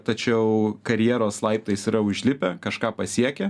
tačiau karjeros laiptais yra užlipę kažką pasiekę